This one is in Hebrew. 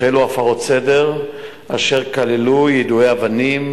החלו הפרות סדר אשר כללו יידוי אבנים,